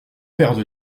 perdent